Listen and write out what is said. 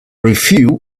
review